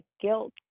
guilt